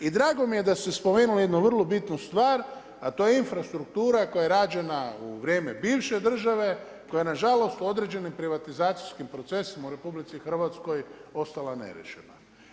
I drago mi je da ste spomenuli jednu vrlo bitnu stvar, a to je infrastruktura koja je rađena u vrijeme bivše države koja nažalost u određenim privatizacijskim procesima u RH ostala neriješena.